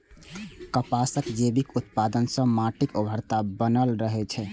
कपासक जैविक उत्पादन सं माटिक उर्वरता बनल रहै छै